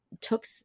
Took